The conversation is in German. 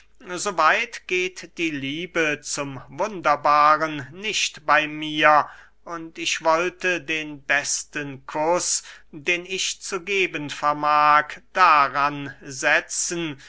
weit geht die liebe zum wunderbaren nicht bey mir und ich wollte den besten kuß den ich zu geben vermag daran setzen